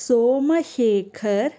Somashekar